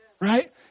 Right